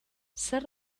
zer